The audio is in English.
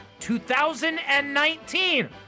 2019